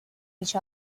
each